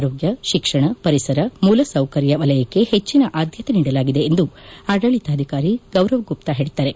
ಆರೋಗ್ಯ ಶಿಕ್ಷಣ ಪರಿಸರ ಮೂಲ ಸೌಕರ್ಯ ವಲಯಕ್ಕೆ ಹೆಚ್ಚಿನ ಆದ್ಯತೆ ನೀಡಲಾಗಿದೆ ಎಂದು ಆಡಳಿತಾಧಿಕಾರಿ ಗೌರವ್ ಗುಪ್ತ ಹೇಳಿದ್ದಾರೆ